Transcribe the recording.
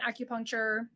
acupuncture